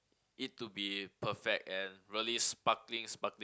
it to be perfect and really sparkling sparkling